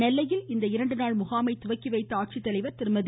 நெல்லையில் இந்த இரண்டு நாள் முகாமை தொடங்கி வைத்த ஆட்சித்தலைவர் திருமதி